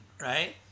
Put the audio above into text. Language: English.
right